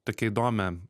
tokia įdomia